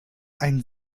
ein